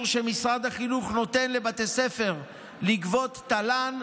שמשרד החינוך נותן לבתי ספר לגבות תל"ן.